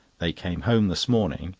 they came home this morning,